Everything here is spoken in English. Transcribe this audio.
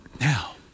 Now